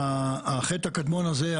החטא הקדמון הזה,